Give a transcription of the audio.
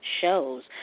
shows